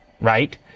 right